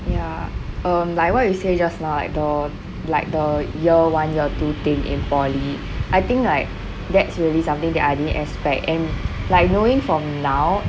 ya um like what you say just now like the like the year one year two thing in poly I think like that's really something that I didn't expect and like knowing from now